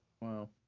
Wow